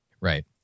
Right